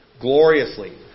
gloriously